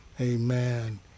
Amen